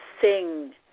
sing